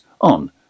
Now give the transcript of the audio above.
on